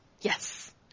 Yes